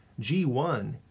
G1